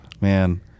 Man